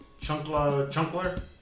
Chunkler